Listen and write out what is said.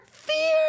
Fear